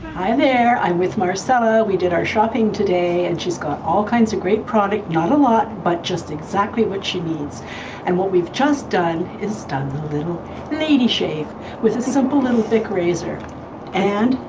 hi there, i'm with marcella we did our shopping today and she's got all kinds of great product not a lot but just exactly what she needs and what we've just done is done the little lady shave with a simple little bic razor and.